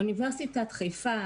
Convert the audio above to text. אוניברסיטת חיפה,